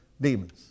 demons